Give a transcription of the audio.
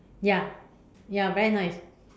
ya ya very nice